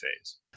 phase